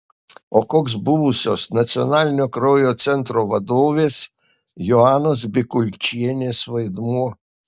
o koks buvusios nacionalinio kraujo centro vadovės joanos bikulčienės vaidmuo